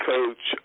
Coach